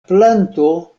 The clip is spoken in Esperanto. planto